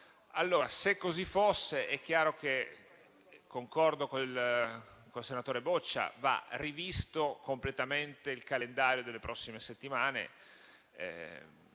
Se così fosse, è chiaro che concordo col senatore Boccia, nel senso che va rivisto completamente il calendario delle prossime settimane.